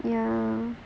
ya